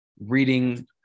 reading